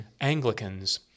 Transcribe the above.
Anglicans